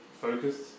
focused